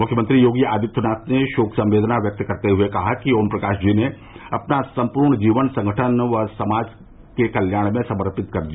मुख्यमंत्री योगी आदित्यनाथ ने शोक संवेदना व्यक्त करते हुए कहा कि ओमप्रकाश जी ने अपना सम्पूर्ण जीवन संगठन एवं समाज के कल्याण में समर्पित कर दिया